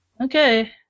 Okay